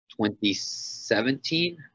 2017